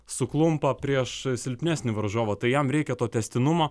suklumpa prieš silpnesnį varžovą tai jam reikia to tęstinumo